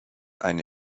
eine